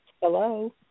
Hello